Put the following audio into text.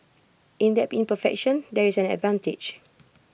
in that imperfection there is an advantage